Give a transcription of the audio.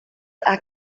are